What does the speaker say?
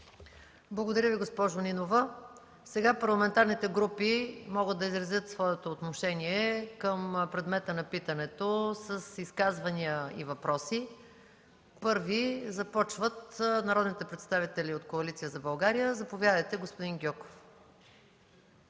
Благодаря Ви, госпожо Нинова. Парламентарните групи могат да изразят своето отношение към предмета на питането с изказвания и въпроси. Първи започват народните представители от Коалиция за България. Заповядайте, господин Гьоков.